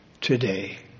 today